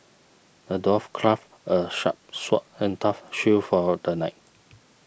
the dwarf crafted a sharp sword and tough shield for the knight